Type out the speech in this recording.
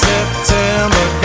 September